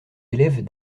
élèves